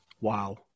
Wow